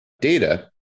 data